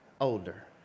older